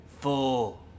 Four